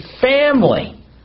family